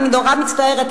אני נורא מצטערת,